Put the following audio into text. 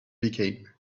became